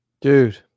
dude